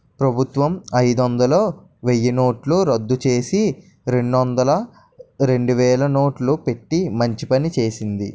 ప్రభుత్వం అయిదొందలు, వెయ్యినోట్లు రద్దుచేసి, రెండొందలు, రెండువేలు నోట్లు పెట్టి మంచి పని చేసింది